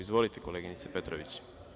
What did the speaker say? Izvolite, koleginice Petrović.